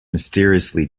mysteriously